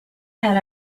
had